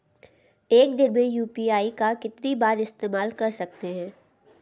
एक दिन में यू.पी.आई का कितनी बार इस्तेमाल कर सकते हैं?